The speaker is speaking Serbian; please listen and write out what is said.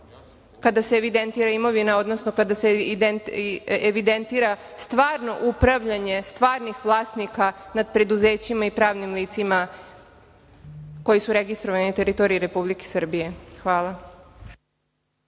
kada se evidentira imovina, odnosno kada se evidentira stvarno upravljanje, stvarnih vlasnika nad preduzećima i pravilnicima koji su registrovani na teritoriji Republike Srbije. Hvala.